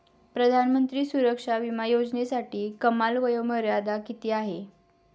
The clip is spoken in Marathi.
प्रधानमंत्री सुरक्षा विमा योजनेसाठी कमाल वयोमर्यादा किती आहे?